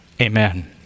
amen